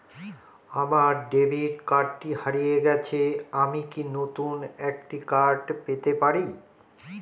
আমার ডেবিট কার্ডটি হারিয়ে গেছে আমি কি নতুন একটি কার্ড পেতে পারি?